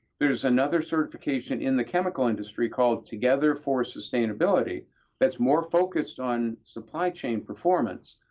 there's another certification in the chemical industry called together for sustainability that's more focused on supply-chain performance,